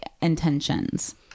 intentions